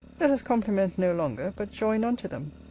let us compliment no longer, but join unto them.